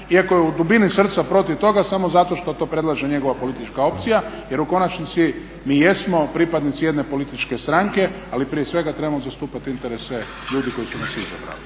iako je u dubini srca protiv toga samo zato što to predlaže njegova politička opcija. Jer u konačnici mi jesmo pripadnici jedne političke stranke, ali prije svega trebamo zastupati interese ljudi koji su nas izabrali.